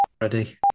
ready